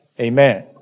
amen